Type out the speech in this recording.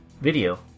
video